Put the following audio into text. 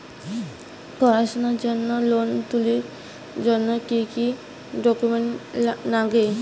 পড়াশুনার জন্যে লোন তুলির জন্যে কি কি ডকুমেন্টস নাগে?